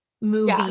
movie